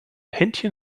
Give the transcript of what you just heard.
händchen